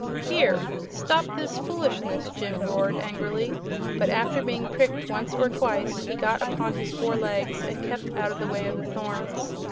here stop this foolishness! jim roared, angrily but after being pricked once or twice he got upon his four legs and kept out of the way of the thorns.